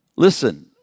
Listen